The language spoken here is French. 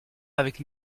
avec